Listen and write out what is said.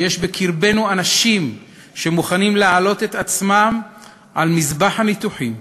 שיש בקרבנו אנשים שמוכנים להעלות את עצמם על מזבח הניתוחים